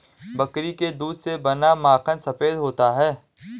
बकरी के दूध से बना माखन सफेद होता है